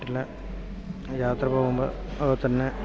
പിന്നെ യാത്ര പോകുമ്പോൾ അതുപോലെ തന്നെ